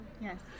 Yes